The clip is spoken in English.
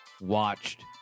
watched